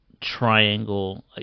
triangle